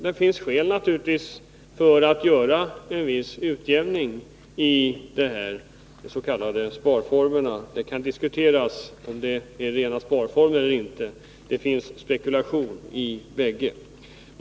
Det finns naturligtvis skäl för att göra en viss utjämning mellan de här s.k. sparformerna — det kan diskuteras om det är rena sparformer eller inte, för det finns spekulation med i bägge.